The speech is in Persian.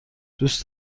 دوست